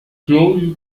جایی